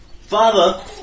father